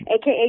aka